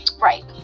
right